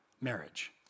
marriage